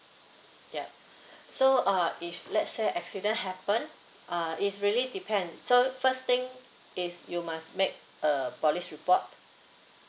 yup so uh if let's say accident happened uh is really depend so first thing is you must make a police report